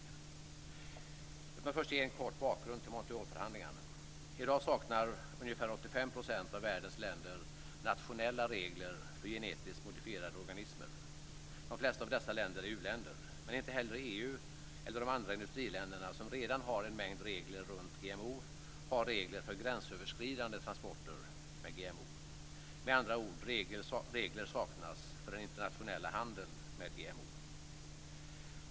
Låt mig först ge en kort bakgrund till Montrealförhandlingarna. I dag saknar ungefär 85 % av världens länder nationella regler för genetiskt modifierade organismer. De flesta av dessa länder är u-länder. Men inte heller EU eller de andra industriländer som redan har en mängd regler runt GMO har regler för gränsöverskridande transporter med GMO. Med andra ord saknas regler för den internationella handeln med GMO.